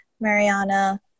Mariana